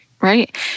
right